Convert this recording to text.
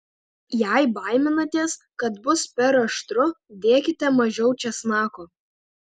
jei baiminatės kad bus per aštru dėkite mažiau česnako